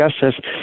Justice